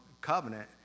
covenant